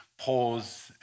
pause